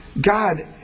God